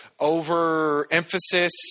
overemphasis